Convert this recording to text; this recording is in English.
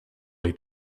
they